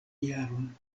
jaron